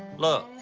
look,